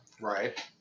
Right